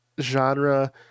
genre